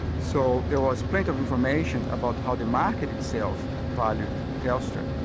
so there was plenty of information about how the market itself valued telstra.